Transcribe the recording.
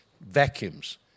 vacuums